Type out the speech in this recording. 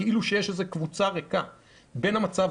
כאילו שיש איזו קבוצה ריקה בין המצב